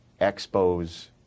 Expos